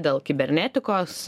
dėl kibernetikos